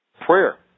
Prayer